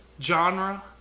genre